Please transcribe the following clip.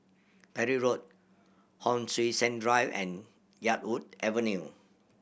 Parry Road Hon Sui Sen Drive and Yarwood Avenue